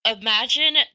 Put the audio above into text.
Imagine